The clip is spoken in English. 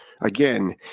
Again